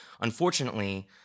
Unfortunately